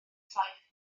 saith